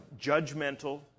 judgmental